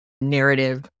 narrative